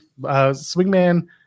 Swingman